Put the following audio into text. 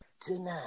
Tonight